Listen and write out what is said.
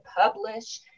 publish